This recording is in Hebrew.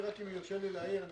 אם יורשה לי להעיר,